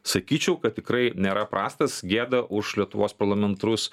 sakyčiau kad tikrai nėra prastas gėda už lietuvos parlamentarus